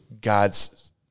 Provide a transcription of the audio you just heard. God's